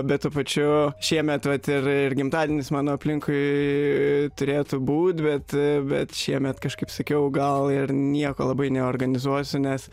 bet tuo pačiu šiemet vat ir ir gimtadienis mano aplinkui turėtų būt bet bet šiemet kažkaip sakiau gal ir nieko labai neorganizuosiu nes